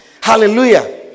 Hallelujah